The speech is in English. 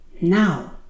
now